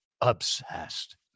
Obsessed